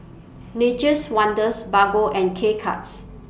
Nature's Wonders Bargo and K Cuts